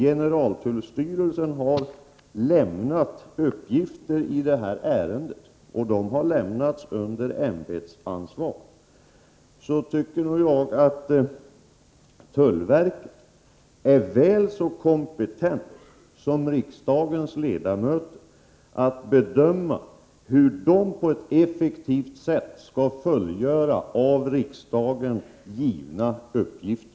Generaltullstyrelsen har lämnat uppgifter i detta ärende, och dessa har lämnats under ämbetsansvar. Jag anser att det är helt klart att tullverket är väl så kompetent som riksdagens ledamöter att bedöma hur av riksdagen givna uppgifter skall fullgöras på ett effektivt sätt.